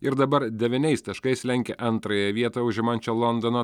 ir dabar devyniais taškais lenkia antrąją vietą užimančią londono